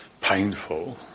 painful